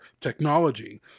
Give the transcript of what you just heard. technology